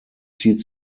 zieht